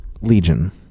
legion